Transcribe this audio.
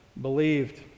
believed